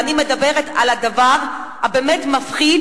אני מדברת על הדבר הבאמת מפחיד,